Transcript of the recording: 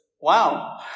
Wow